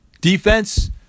Defense